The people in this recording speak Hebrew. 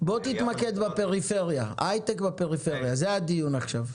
בוא תתמקד בהייטק בפריפריה, על זה הדיון עכשיו.